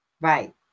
Right